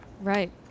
Right